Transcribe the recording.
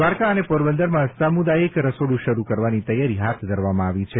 દ્વારકા અને પોરબંદરમાં સામુદાયિક રસોડું શરૂ કરવાની તૈયારી હાથ ધરવામાં આવી છે